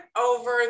over